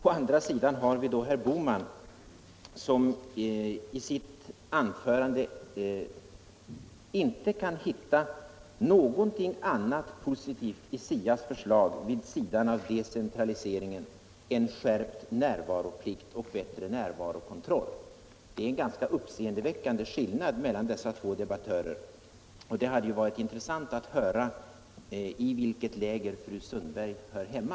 Å andra sidan har vi herr Bohman som i ett uttalande i höstas inte kunde finna något annat positivt i SIA:s förslag än decentraliseringen samt en skärpt närvaroplikt och ökad närvarokontroll. Det är en ganska uppseendeväckande skillnad mellan dessa två debattörer, och det hade varit intressant att höra i vilket av dessa läger fru Sundberg hör hemma.